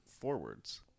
forwards